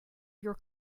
your